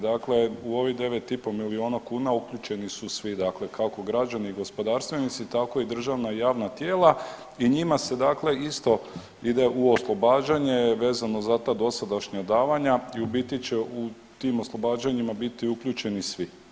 Dakle, u ovih 9,5 miliona kuna uključeni su svi dakle kako građani i gospodarstvenici tako i državna i javna tijela i njima se dakle ide u oslobađanje vezano za ta dosadašnja davanja i u biti će u tim oslobađanjima biti uključeni svi.